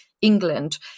England